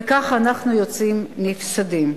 וכך אנחנו יוצאים נפסדים.